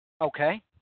Okay